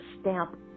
stamp